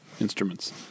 instruments